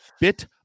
bit